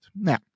Now